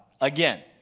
Again